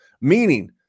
meaning